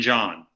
John